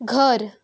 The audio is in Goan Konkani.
घर